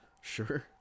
Sure